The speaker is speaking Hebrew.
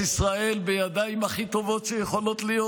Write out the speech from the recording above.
ארץ ישראל בידיים הכי טובות שיכולות להיות.